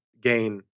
gain